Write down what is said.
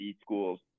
schools